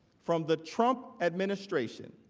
from the trump administration